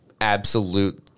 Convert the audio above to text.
absolute